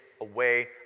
away